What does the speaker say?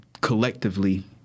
collectively